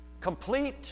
Complete